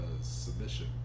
submission